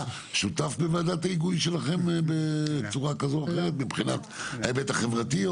אתה שותף בוועדת ההיגוי שלכם בצורה כזו או אחרת מבחינת ההיבט החברתי?